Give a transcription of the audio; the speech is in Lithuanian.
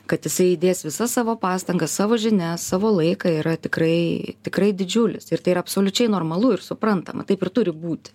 kad jisai įdės visas savo pastangas savo žinias savo laiką yra tikrai tikrai didžiulis ir tai yra absoliučiai normalu ir suprantama taip ir turi būt